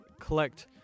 collect